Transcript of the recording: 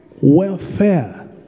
welfare